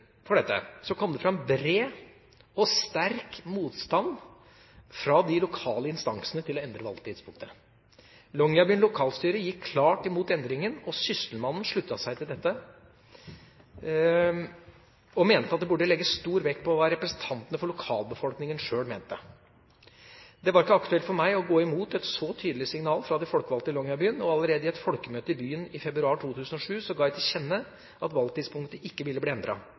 dette kom det fram bred og sterk motstand fra de lokale instansene med hensyn til å endre valgtidspunktet. Longyearbyen lokalstyre gikk klart imot endringen. Sysselmannen sluttet seg til dette og mente at det burde legges stor vekt på hva representantene for lokalbefolkningen selv mente. Det var ikke aktuelt for meg å gå imot et så tydelig signal fra de folkevalgte i Longyearbyen, og allerede i et folkemøte i byen i februar 2007 ga jeg til kjenne at valgtidspunktet ikke ville bli